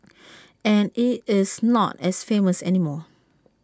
and IT is not as famous anymore